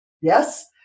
Yes